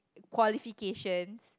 qualifications